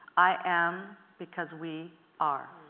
i am because we are.